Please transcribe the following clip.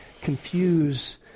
confuse